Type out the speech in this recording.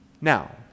Now